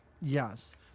Yes